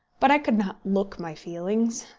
but i could not look my feelings.